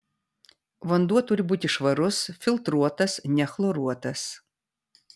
vanduo turi būti švarus filtruotas nechloruotas